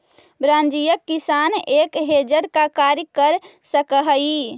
वाणिज्यिक किसान एक हेजर का कार्य कर सकअ हई